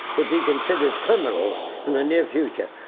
will be considered criminals in the near future.